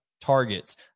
targets